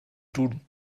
duden